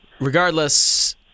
Regardless